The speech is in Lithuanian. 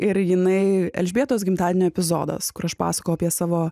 ir jinai elžbietos gimtadienio epizodas kur aš pasakojau apie savo